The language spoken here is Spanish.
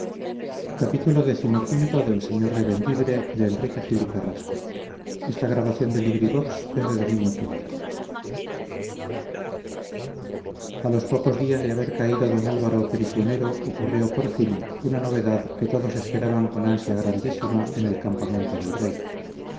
le causaban a los pocos días de haber caído don álvaro prisionero ocurrió por fin una novedad que todos esperaban con ansia grandísima en el campamento del rey